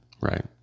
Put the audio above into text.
Right